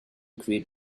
create